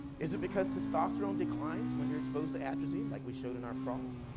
is it because testosterone declines when you're exposed to atrazine, like we showed in our frogs?